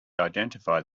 identify